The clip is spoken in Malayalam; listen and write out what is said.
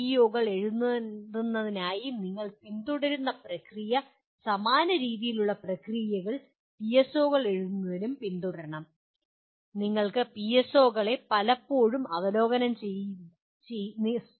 പിഇഒകൾ എഴുതുന്നതിനായി ഞങ്ങൾ പിന്തുടർന്ന പ്രക്രിയ സമാന രീതിയിലുള്ള പ്രക്രിയകൾ പിഎസ്ഒകൾ എഴുതുന്നതിനും പിന്തുടരണം